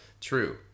True